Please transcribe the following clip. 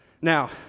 Now